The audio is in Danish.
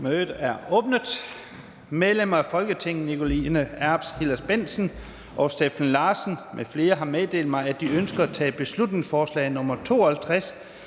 Mødet er åbnet. Medlemmer af Folketinget Nikoline Erbs Hillers-Bendtsen (ALT) og Steffen Larsen (LA) m.fl. har meddelt mig, at de ønsker at tage følgende forslag